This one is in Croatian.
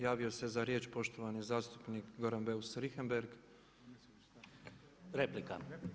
Javio se za riječ poštovani zastupnik Goran Beus Richembergh [[Upadica: Replika.]] Replika.